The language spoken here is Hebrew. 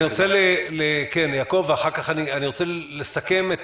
אני רוצה לשמוע את יעקב ולסכם את